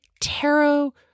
tarot